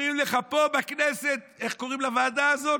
אומרים לך פה בכנסת, איך קוראים לוועדה הזאת?